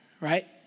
right